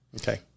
Okay